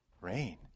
Rain